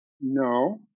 No